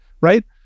right